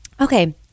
Okay